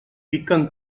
piquen